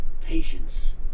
patience